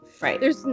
Right